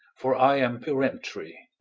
for i am peremptory.